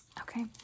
okay